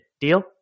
Deal